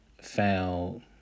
found